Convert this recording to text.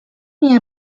nie